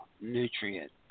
nutrient